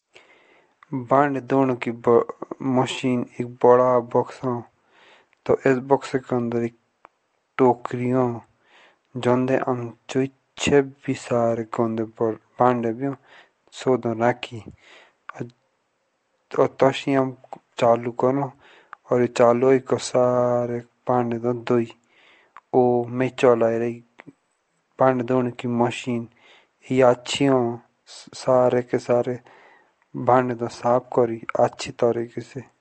बांदे धोने के मशीन एक बड़ा बक्सा हो तो स बक्से के अंदर एक टोकरी हो। जॉन दे आम जोइच्छे भी सारे गंदे बंडे हो सो दो राखी और तसी आम चल्लु करो। ओ माए बीच राखी बांदे धोने की मशीन यह आच्छी हो सारे के सारे बाड़े तो दोए आच्छे से।